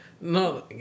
No